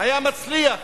היה מצליח